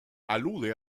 alude